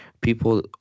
people